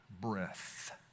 breath